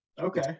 Okay